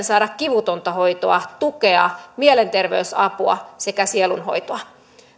saada kivutonta hoitoa tukea mielenterveysapua sekä sielunhoitoa